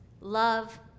Love